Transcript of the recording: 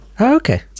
okay